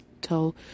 tell